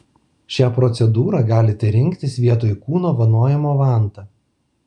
šią procedūrą galite rinktis vietoj kūno vanojimo vanta